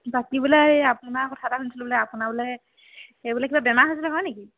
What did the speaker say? বাকী বোলে এই আপোনাৰ কথা এটা শুনিছিলোঁ বোলে আপোনাৰ বোলে এ বোলে কিবা বেমাৰ হৈছিলে হয় নেকি